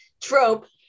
trope